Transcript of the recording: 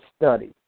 study